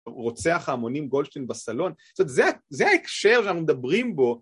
רוצח ההמונים גולדשטיין בסלון, זה ההקשר שאנחנו מדברים בו